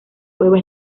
cueva